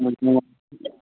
good مور